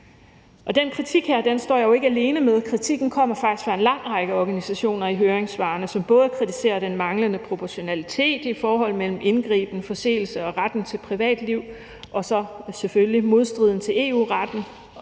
her kritik står jeg jo ikke alene med. Kritikken i høringssvarene kommer faktisk fra en lang række organisationer, som både kritiserer den manglende proportionalitet i forhold mellem indgriben, forseelse og retten til privatliv, og så selvfølgelig det